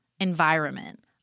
environment